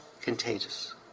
contagious